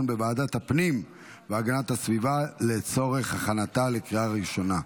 בוועדת הפנים והגנת הסביבה לצורך הכנתה לקריאה הראשונה.